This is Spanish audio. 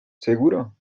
seguro